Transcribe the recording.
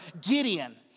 Gideon